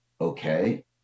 okay